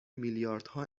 میلیاردها